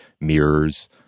mirrors